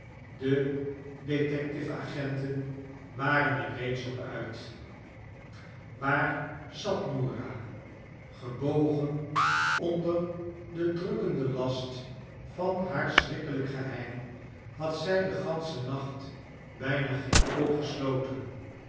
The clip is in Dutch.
de detectieve agenten waren er reeds op uit waar zat norah gebogen onder den drukkenden last van haar schrikkelijk geheim had zij den ganschen nacht bijnageenooggesloten niet